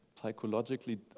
psychologically